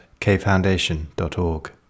kfoundation.org